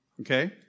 Okay